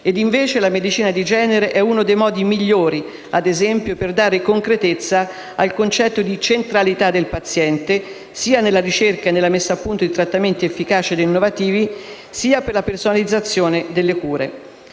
Invece, la medicina di genere è uno dei modi migliori, ad esempio, per dare concretezza al concetto di centralità del paziente, sia nella ricerca e nella messa a punto di trattamenti efficaci ed innovativi, sia per la personalizzazione delle cure.